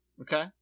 Okay